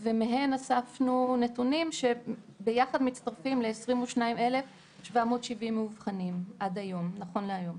ומהן אספנו נתונים שביחד מצטרפים ל-22,770 מאובחנים נכון להיום.